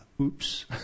Oops